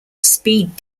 speed